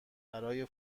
برای